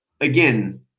again